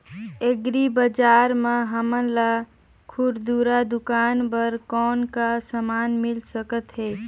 Agri बजार म हमन ला खुरदुरा दुकान बर कौन का समान मिल सकत हे?